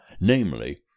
namely